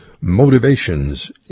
motivations